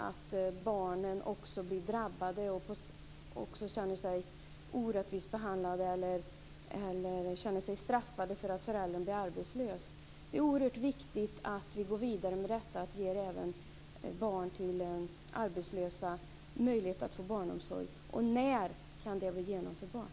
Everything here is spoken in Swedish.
Också barnen blir drabbade och känner sig orättvist behandlade eller känner sig straffade för att en förälder blir arbetslös. Det är oerhört viktigt att vi går vidare med detta och ger även barn till arbetslösa möjlighet att få barnomsorg. När kan det bli genomförbart?